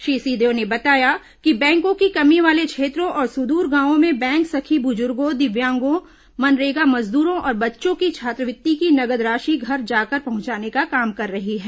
श्री सिंहदेव ने बताया कि बैंको की कमी वाले क्षेत्रों और सुदूर गांवों में बैंक सखी बुजुगों दिव्यांगों मनरेगा मजदूरों और बच्चों की छात्रवृत्ति की नगद राशि घर जाकर पहुंचाने का काम कर रही है